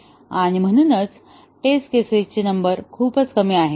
आणि म्हणूनच test cases number खूपच कमी आहे